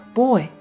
boy